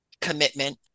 commitment